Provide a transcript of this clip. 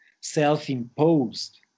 self-imposed